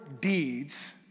deeds